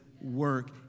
work